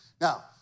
Now